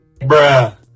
Bruh